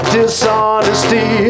dishonesty